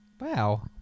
Wow